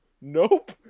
Nope